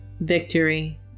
victory